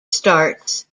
starts